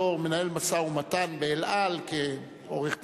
בתור מנהל משא-ומתן ב"אל על" כעורך-דין,